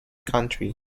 countries